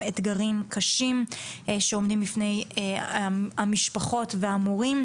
אתגרים קשים שעומדים בפני המשפחות והמורים.